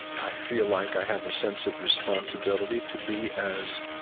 i feel like i have a sense of responsibility to be as,